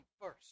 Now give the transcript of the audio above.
first